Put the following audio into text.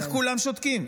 איך כולם שותקים?